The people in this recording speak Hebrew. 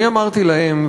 אני אמרתי להם,